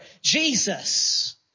Jesus